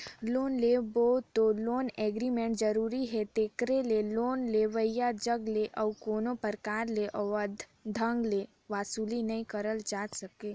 loan लेवब में loan agreement जरूरी हे तेकरे ले लोन लेवइया जग ले अउ कोनो परकार ले अवैध ढंग ले बसूली नी करल जाए सके